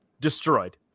Destroyed